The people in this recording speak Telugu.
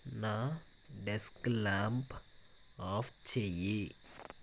నా డెస్క్ ల్యాంప్ ఆఫ్ చెయి